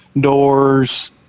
doors